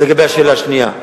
זה לגבי השאלה השנייה.